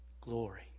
Glory